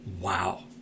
Wow